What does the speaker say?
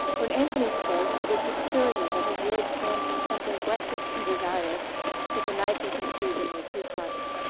when anthony spoke it was with surety that his words came from something breathless and desirous that the night had conceived in their two hearts.